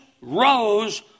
rose